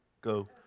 go